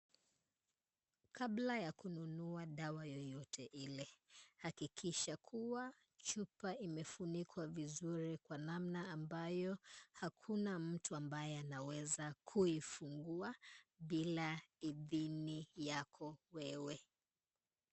Kabla ya kununua dawa yoyote ile, hakikisha kuwa chupa imefunikwa vizuri kwa namna ambayo, hakuna mtu ambaye anaweza kuifungua, bila idhini yako wewe.